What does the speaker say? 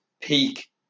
peak